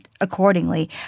accordingly